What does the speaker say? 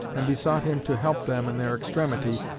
and besought him to help them in their extremity,